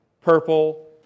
purple